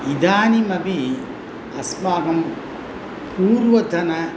इदानीमपि अस्माकं पूर्वतनम्